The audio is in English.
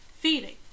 Feeding